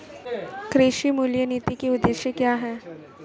कृषि मूल्य नीति के उद्देश्य क्या है?